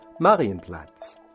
Marienplatz